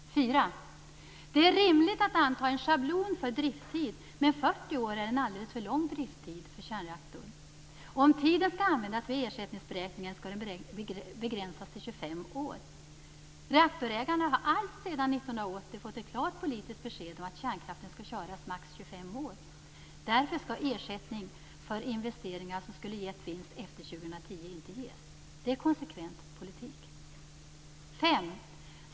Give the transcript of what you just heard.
4. Det är rimligt att anta en schablon för drifttid, men 40 år är en alldeles för lång drifttid för en kärnreaktor. Om tiden skall användas vid ersättningsberäkningen skall den begränsas till 25 år. Reaktorägarna har alltsedan 1980 fått ett klart politiskt besked om att kärnkraften skall köras max 25 år, därför skall ersättning för investeringar som skulle gett vinst efter 2010 inte ges. Det är konsekvent politik. 5.